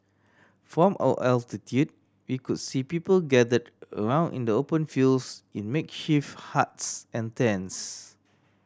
from our altitude we could see people gathered around in the open fields in makeshift huts and tents